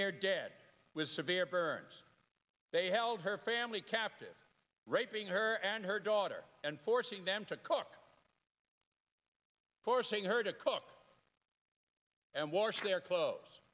near dead with severe burns they held her family captive raping her and her daughter and forcing them to cook forcing her to cook and wash their clothes